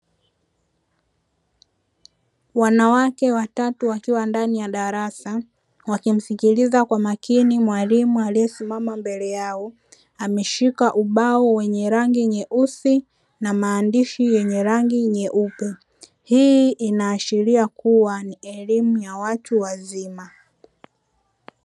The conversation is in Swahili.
Wanawake watatu wakiwa ndani ya darasa, wakimsikiliza kwa makini mwalimu aliyesimama mbele yao, ameshika ubao wenye rangi nyeusi na maandishi yenye rangi nyeupe; hii inaashiria kuwa ni elimu ya watu wazima.